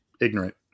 ignorant